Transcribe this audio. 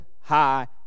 high